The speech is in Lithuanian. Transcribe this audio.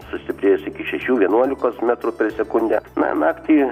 sustiprės iki šešių vienuolikos metrų per sekundę na naktį